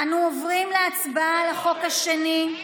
אנו עוברים להצבעה על החוק השני,